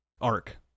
arc